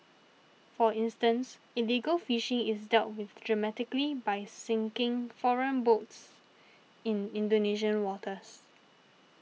for instance illegal fishing is dealt with dramatically by sinking foreign boats in Indonesian waters